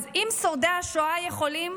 אם שורדי השואה יכולים,